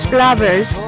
lovers